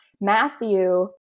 Matthew